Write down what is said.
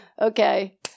Okay